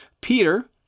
Peter